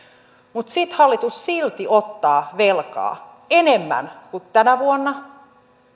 mutta hallitus silti ottaa velkaa enemmän kuin tänä vuonna